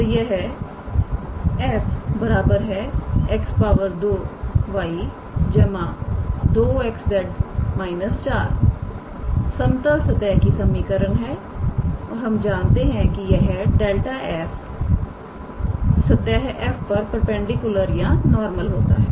तो यह 𝑓𝑥 𝑦 𝑧 𝑥 2𝑦 2𝑥𝑧 − 4 समतल सतह की समीकरण है और हम जानते हैं कि यह ∇⃗ 𝑓 सतह f पर परपेंडिकुलर या नॉर्मल होता है